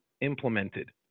implemented